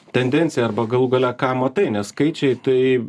tendenciją arba galų gale ką matai nes skaičiai tai